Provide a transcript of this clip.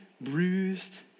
bruised